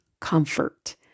comfort